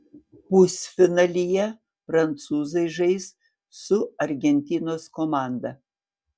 pusfinalyje prancūzai žais su argentinos komanda